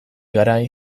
garai